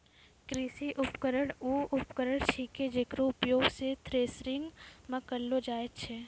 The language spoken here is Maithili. कृषि उपकरण वू उपकरण छिकै जेकरो उपयोग सें थ्रेसरिंग म करलो जाय छै